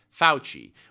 Fauci